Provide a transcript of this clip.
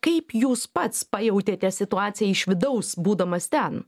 kaip jūs pats pajautėte situaciją iš vidaus būdamas ten